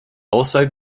also